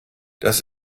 das